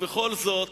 ובכל זאת